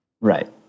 right